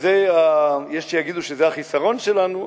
יש שיגידו שזה החיסרון שלנו.